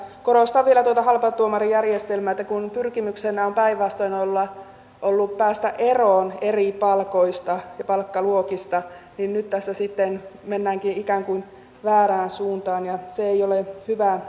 korostan vielä tuota halpatuomarijärjestelmää että kun pyrkimyksenä on päinvastoin ollut päästä eroon eri palkoista ja palkkaluokista niin nyt tässä sitten mennäänkin ikään kuin väärään suuntaan ja se ei ole hyvä kehitys